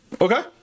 okay